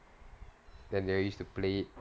then we used to play it